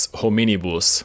hominibus